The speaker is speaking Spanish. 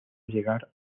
llegar